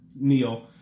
Neil